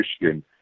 Michigan